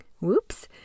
whoops